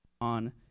on